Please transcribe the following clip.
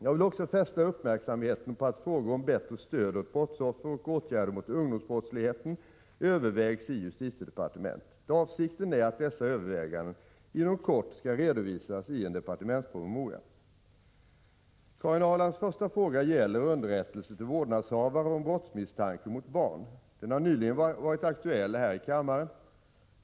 Jag vill också fästa uppmärksamheten på att frågor om bättre stöd åt brottsoffer och åtgärder mot ungdomsbrottsligheten övervägs i justitiedepartementet. Avsikten är att dessa överväganden inom kort skall redovisas i en departementspromemoria. Karin Ahrlands första fråga gäller underrättelse till vårdnadshavare om brottsmisstanke mot barn. Den har nyligen varit aktuell här i kammaren.